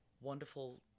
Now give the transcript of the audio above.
wonderful